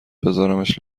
بذارمش